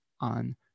on